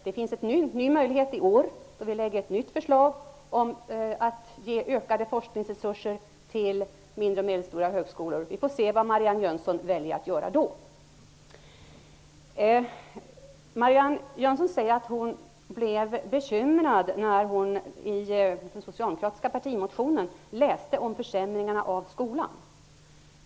Det blir en ny möjlighet i år då vi väcker ett nytt förslag om att ge ökade forskningsresurser till mindre och medelstora högskolor. Vi får se vad Marianne Jönsson väljer att göra då. Marianne Jönsson säger att hon blev bekymrad när hon i den socialdemokratiska partimotionen läste om försämringarna av skolan.